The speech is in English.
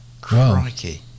Crikey